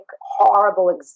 horrible